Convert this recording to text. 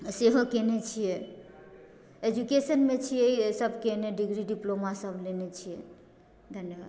सेहो कयने छियै एजुकेशनमे छियै सब कयने डिग्री डिप्लोमा सब लेने छियै धन्यवाद